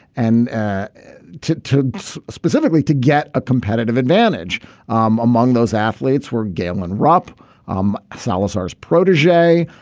and to to specifically to get a competitive advantage um among those athletes were galen rupp um salazar's protege.